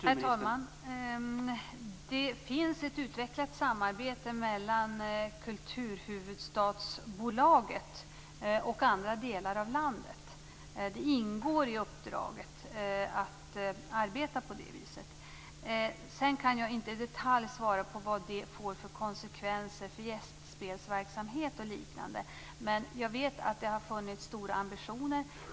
Herr talman! Det finns ett utvecklat samarbete mellan Kulturhuvudstadsbolaget och andra delar av landet. Det ingår i uppdraget att arbeta på det sättet. Jag kan inte i detalj svara på vad det får för konsekvenser för gästspelsverksamhet och liknande, men jag vet att det har funnits stora ambitioner.